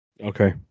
Okay